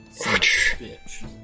Bitch